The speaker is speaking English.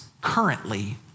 currently